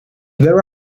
there